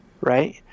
right